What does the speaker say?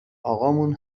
اقامون